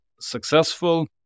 successful